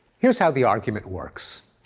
here's how the argument works.